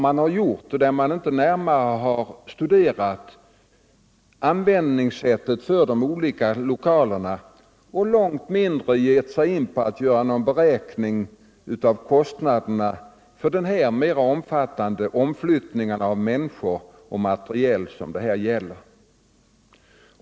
Man har inte närmare studerat användningssättet på de olika lokalerna och långt mindre gett sig in på att göra någon beräkning av kostnaderna för den mer omfattande flyttning av människor och materiel som det här gäller.